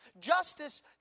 Justice